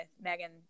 Megan